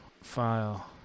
file